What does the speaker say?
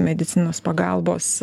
medicinos pagalbos